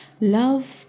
Love